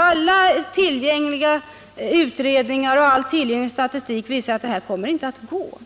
Alla tillgängliga utredningar och all tillgänglig statistik visar att det inte kommer att gå.